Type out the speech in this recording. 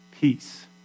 peace